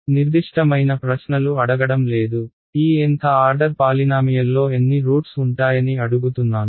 నిర్దిష్టమైన ప్రశ్నలు అడగడం లేదు ఈ Nth ఆర్డర్ పాలినామియల్లో ఎన్ని రూట్స్ ఉంటాయని అడుగుతున్నాను